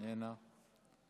איננה,